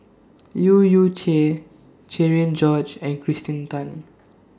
Leu Yew Chye Cherian George and Kirsten Tan